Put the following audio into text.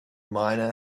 miner